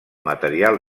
material